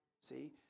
See